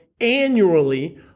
annually